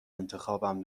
انتخابم